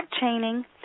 chaining